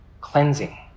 cleansing